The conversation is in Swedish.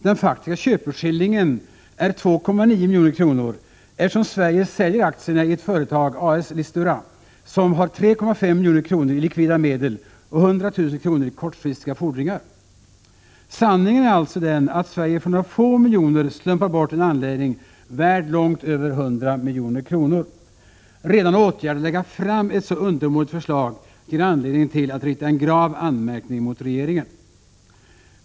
Den faktiska köpeskillingen är 2,9 milj.kr., eftersom Sverige säljer aktierna i ett företag, Listora A/S, som har 3,5 milj.kr. i likvida medel och 100 000 kr. i kortfristiga fordringar. Sanningen är alltså den att Sverige för några få miljoner slumpar bort en anläggning värd långt över 100 milj.kr. Redan åtgärden att lägga fram ett så undermåligt förslag ger anledning till att rikta en grav anmärkning mot regeringen.